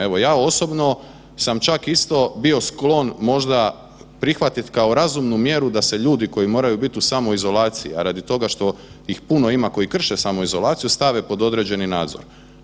Evo, ja osobno sam čak isto bio sklon možda prihvatit kao razumnu mjeru da se ljudi koji moraju bit u samoizolaciji, a radi toga što ih puno ima koji krše samoizolaciju stave pod određeni nadzor.